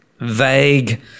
vague